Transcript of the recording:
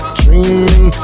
dreaming